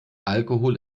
alkohol